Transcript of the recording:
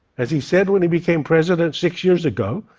as he said when he became president six years ago,